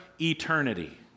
eternity